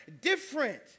different